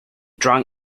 drank